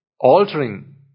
altering